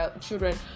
children